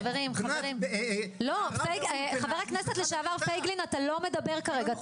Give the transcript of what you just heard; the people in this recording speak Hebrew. חבר הכנסת לשעבר פייגלין, אתה לא מדבר כרגע.